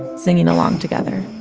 singing along together